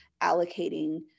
allocating